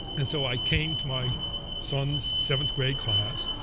and so i came to my sons' seventh grade class.